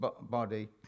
body